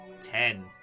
Ten